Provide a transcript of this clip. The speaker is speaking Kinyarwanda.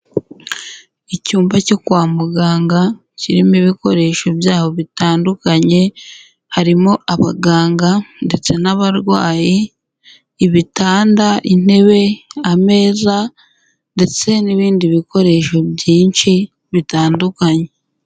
Icyumba cyo kwa muganga kirimo ibikoresho byaho bitandukanye harimo abaganga ndetse n'abarwayi, ibitanda, intebe, ameza ndetse n'ibindi bikoresho byinshi bitandukanye.